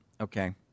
okay